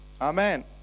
amen